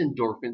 endorphins